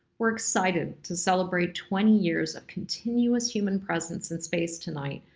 we're excited to celebrate twenty years of continuous human presence in space tonight,